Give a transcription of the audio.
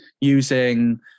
using